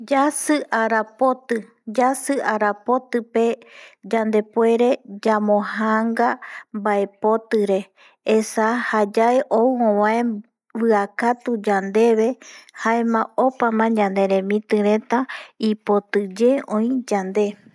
Yasi ara poti pe yande puere yamo janga baepoti re esa jayae ou obae biakatu yandeve jaema opama ñaneremiti reta ipoti ye oi yande